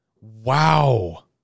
Wow